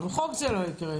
גם בחוק זה לא יקרה.